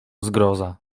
zgroza